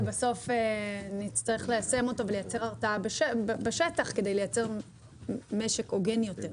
בסוף נצטרך ליישם אותו ולייצר הרתעה בשטח כדי לייצר משק הוגן יותר,